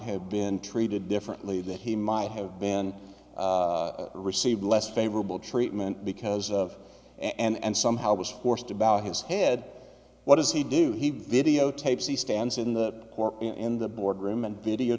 have been treated differently that he might have been received less favorable treatment because of and somehow was forced to bow his head what does he do he videotapes he stands in the or in the boardroom and